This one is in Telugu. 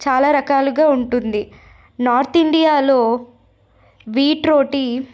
చాలా రకాలుగా ఉంటుంది నార్త్ ఇండియాలో వీట్ రోటి